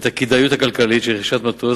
את הכדאיות הכלכלית של רכישת מטוס,